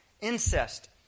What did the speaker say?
incest